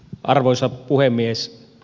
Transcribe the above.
arvoisa puhemies